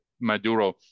Maduro